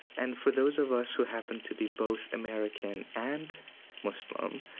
and for those of us who happen to be both american and muslim,